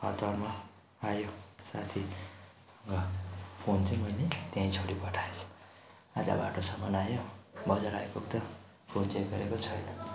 हतारमा आयो साथी र फोन चाहिँ मैले त्यही छोडिपठाएछु आधा बाटोसम्म आयो बजार आइपुग्दा फोन चेक गरेको छैन